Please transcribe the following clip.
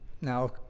Now